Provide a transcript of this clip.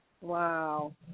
Wow